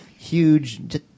huge